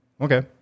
Okay